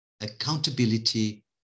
accountability